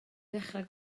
ddechrau